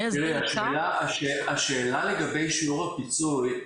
השאלה לגבי שיעור הפיצוי,